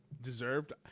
deserved